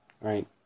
right